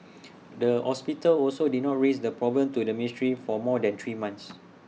the hospital also did not raise the problem to the ministry for more than three months